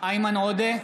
איימן עודה,